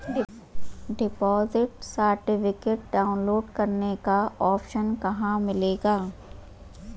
Deposit certificate download करने का option कहां मिलेगा?